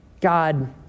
God